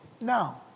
No